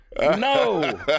no